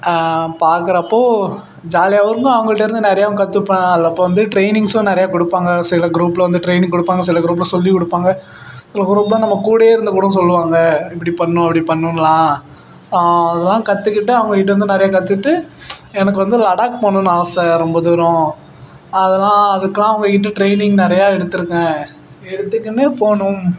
பார்க்கறப்போ ஜாலியாகவும் இருக்கும் அவங்கள்ட்டேர்ந்து நிறையாவும் கத்துப்பேன் அதில் அப்போ வந்து ட்ரைனிங்ஸும் நிறையா கொடுப்பாங்க சில குரூப்பில் வந்து ட்ரைனிங் கொடுப்பாங்க சில குரூப்பில் சொல்லிக் கொடுப்பாங்க சில குரூப்பில் நம்ம கூட இருந்து கூட சொல்வாங்க இப்படி பண்ணணும் அப்படி பண்ணணுன்லாம் அதலாம் கற்றுக்கிட்டு அவங்கக்கிட்டருந்து நிறையா கத்துக்கிட்டு எனக்கு வந்து லடாக் போகணுன்னு ஆசை ரொம்ப தூரம் அதெல்லாம் அதுக்குலாம் அவங்கக்கிட்ட ட்ரைனிங் நிறையா எடுத்திருக்கேன் எடுத்துக்குன்னு போகணும்